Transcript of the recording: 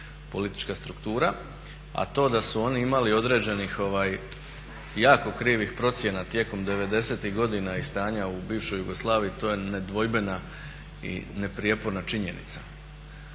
politička struktura, a to da su oni imali određenih jako krivih procjena tijekom '90.-ih godina i stanja u bivšoj Jugoslaviji to je nedvojbena i neprijeporna činjenica.